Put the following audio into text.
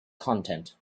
content